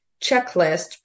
checklist